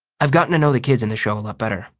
i've gotten to know the kids in the show a lot better,